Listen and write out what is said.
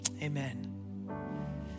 amen